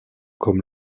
comme